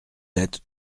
êtes